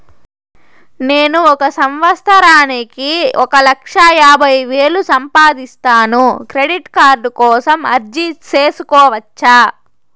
నేను ఒక సంవత్సరానికి ఒక లక్ష యాభై వేలు సంపాదిస్తాను, క్రెడిట్ కార్డు కోసం అర్జీ సేసుకోవచ్చా?